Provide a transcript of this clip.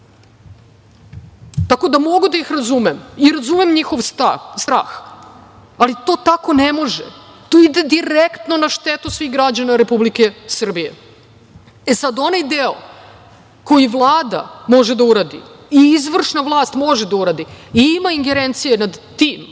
Tako da, mogu da ih razumem, i razumem njihov strah, ali to tako ne može. To ide direktno na štetu svih građana Republike Srbije. Sada, onaj deo koji Vlada može da uradi i izvršna vlast i ima ingerencije nad tim,